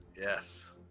Yes